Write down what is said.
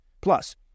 Plus